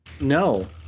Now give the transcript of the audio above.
No